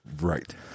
Right